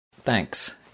Thanks